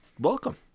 Welcome